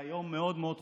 היה יום מאוד מאוד חורפי,